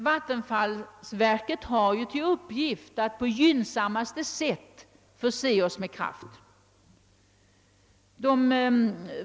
Vattenfallsverket har som bekant till uppgift att på gynnsammaste sätt förse oss med kraft.